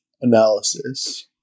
analysis